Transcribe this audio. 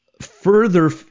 further